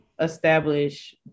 establish